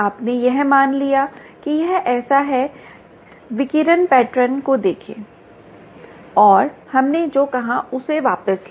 आपने यह मान लिया कि यह ऐसा है विकिरण पैटर्न को देखें और हमने जो कहा उसे वापस लें